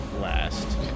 last